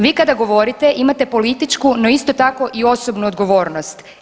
Vi kada govorite imate političku no isto tako i osobnu odgovornost.